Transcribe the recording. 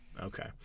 okay